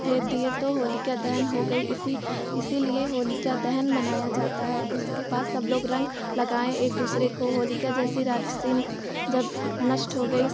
भेज दिए तो होलिका दहन हो गई इसी इसीलिए होलिका दहन मनाया जाता है उसके बाद सब लोग रंग लगाएँ एक दूसरे को होलिका जैसी राक्षसी जब हं नष्ट हो गई